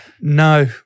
no